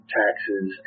taxes